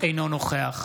אינו נוכח